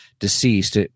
deceased